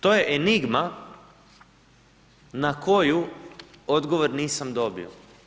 To je enigma na koju odgovor nisam dobio.